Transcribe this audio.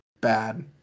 bad